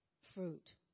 fruit